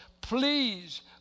Please